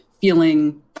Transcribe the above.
feeling